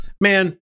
man